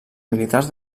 militars